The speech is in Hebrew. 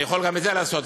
אני יכול גם את זה לעשות.